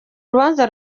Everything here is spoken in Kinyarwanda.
rubanza